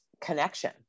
connection